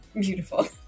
Beautiful